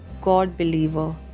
God-believer